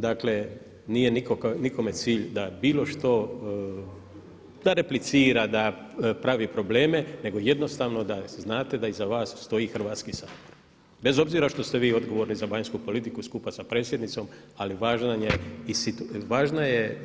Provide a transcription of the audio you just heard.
Dakle, nije nikome cilj da bilo što da replicira, da pravi probleme nego jednostavno da znate da iza vas stoji Hrvatski sabor bez obzira što ste vi odgovorni za vanjsku politiku skupa sa predsjednicom ali važna je